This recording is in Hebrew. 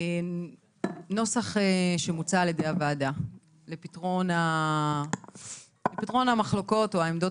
פרסמנו נוסח שהוצע על ידי הוועדה לפתרון המחלוקות או העמדות